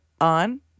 on